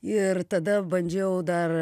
ir tada bandžiau dar